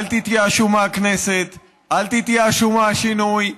אל תתייאשו מהכנסת, אל תתייאשו מהשינוי.